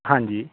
ਹਾਂਜੀ